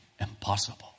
Impossible